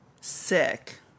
Sick